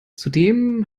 zudem